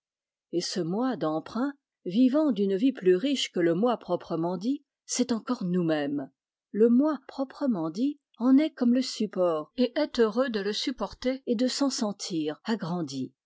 et ce moi d'emprunt vivant d'une vie plus riche que le moi proprement dit c'est encore nous-mêmes le moi proprement dit en est comme le support et est heureux de le supporter et de s'en sentir agrandi